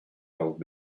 old